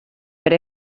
per